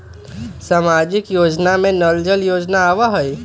सामाजिक योजना में नल जल योजना आवहई?